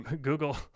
Google